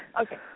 Okay